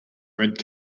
red